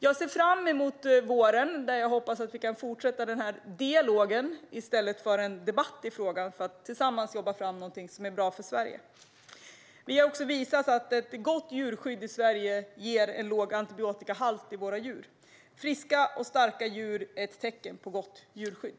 Jag ser fram emot våren och en fortsatt dialog snarare än debatt så att vi tillsammans kan jobba fram något som är bra för Sverige. Sverige har också visat att ett gott djurskydd ger en låg antibiotikahalt i våra djur. Friska och starka djur är ett tecken på gott djurskydd.